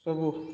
ସବୁ